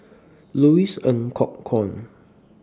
Louis Ng Kok Kwang